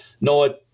no